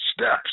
steps